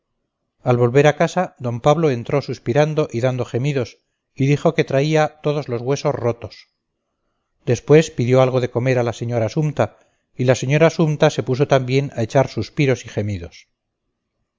al volver a casa d pablo entró suspirando y dando gemidos y dijo que traía todos los huesos rotos después pidió algo de comer a la señora sumta y la señora sumta se puso también a echar suspiros y gemidos